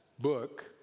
book